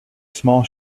small